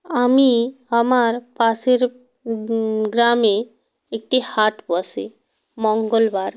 আমি আমার পাশের গ্রামে একটি হাট বসে মঙ্গলবার